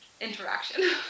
interaction